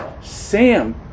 Sam